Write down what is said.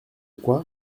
quoi